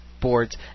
boards